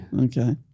Okay